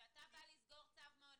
כשאתה בא לסגור צו מעון,